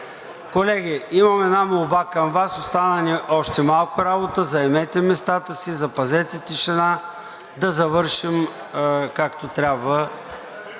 Колеги, имам една молба към Вас, остана ни още малко работа: заемете местата си, запазете тишина, да завършим както трябва